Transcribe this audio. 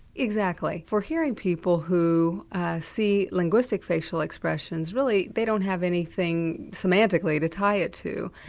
exactly. for hearing people who see linguistic facial expressions, really they don't have anything semantically to tie it to,